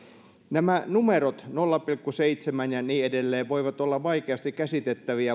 nämä numerot nolla pilkku seitsemän ja niin edelleen voivat olla vaikeasti käsitettäviä